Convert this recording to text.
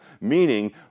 meaning